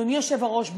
אדוני היושב-ראש,